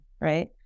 right